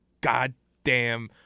goddamn